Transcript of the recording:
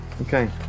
okay